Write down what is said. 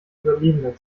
überlebender